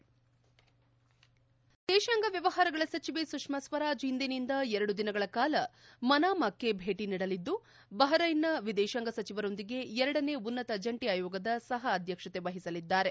head ವಿದೇಶಾಂಗ ವ್ಯವಹಾರಗಳ ಸಚಿವೆ ಸುಷ್ಮಾ ಸ್ವರಾಜ್ ಇಂದಿನಿಂದ ಎರಡು ದಿನಗಳ ಕಾಲ ಮನಾಮಕ್ಕೆ ಭೇಟ ನೀಡಲಿದ್ದು ಬಹರೈನ್ನ ವಿದೇಶಾಂಗ ಸಚಿವರೊಂದಿಗೆ ಎರಡನೇ ಉನ್ನತ ಜಂಟಿ ಆಯೋಗದ ಸಹ ಅಧ್ಯಕ್ಷತೆ ವಹಿಸಲಿದ್ದಾರೆ